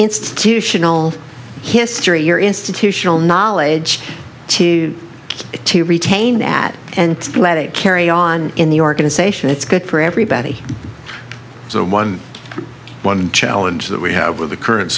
institutional history your institutional knowledge to to retain that and let it carry on in the organization it's good for everybody so one one challenge that we have with the current